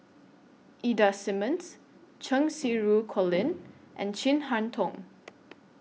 Ida Simmons Cheng Xinru Colin and Chin Harn Tong